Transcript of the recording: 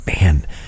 man